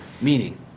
Meaning